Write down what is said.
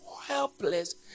helpless